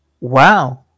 Wow